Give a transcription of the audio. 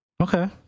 Okay